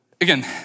again